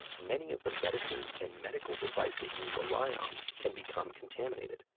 many of the medicines and medical devices we rely on can become contaminated,